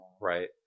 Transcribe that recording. Right